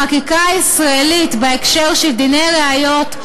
החקיקה הישראלית בהקשר של דיני ראיות,